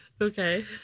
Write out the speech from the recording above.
Okay